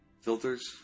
filters